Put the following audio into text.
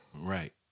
Right